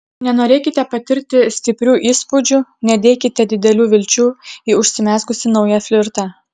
nenorėkite patirti stiprių įspūdžių nedėkite didelių vilčių į užsimezgusį naują flirtą